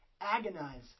Agonize